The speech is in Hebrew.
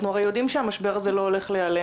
אנחנו הרי יודעים שהמשבר הזה לא הולך להיעלם